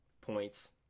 Points